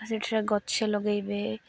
ସେଠାରେ ଗଛ ଲଗେଇବେ